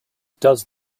does